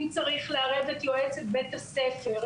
אם צריך לערב את יועצת בית הספר,